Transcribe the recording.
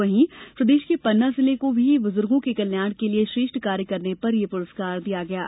वहीं प्रदेश के पन्ना जिले को भी बुजुर्गों के कल्याण के लिये श्रेष्ठ कार्य करने पर यह पुरस्कार दिया गया है